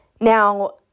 now